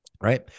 right